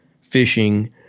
fishing